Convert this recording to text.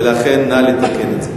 ולכן נא לתקן את זה.